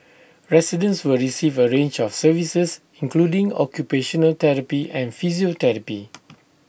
residents will receive A range of services including occupational therapy and physiotherapy